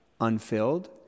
unfilled